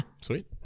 sweet